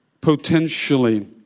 potentially